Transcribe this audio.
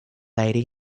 lady